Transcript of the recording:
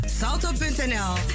salto.nl